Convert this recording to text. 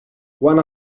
quan